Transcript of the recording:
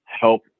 help